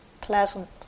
pleasant